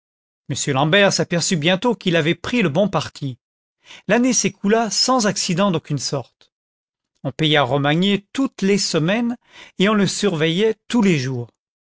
m l'ambert s'aperçut bientôt qu'il avait pris le bon parti l'année s'écoula sans accident d'aucune sorte on payait romagné toutes les semaines et on le surveillait tous les jours